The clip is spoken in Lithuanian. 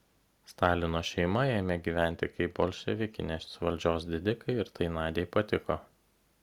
stalino šeima ėmė gyventi kaip bolševikinės valdžios didikai ir tai nadiai patiko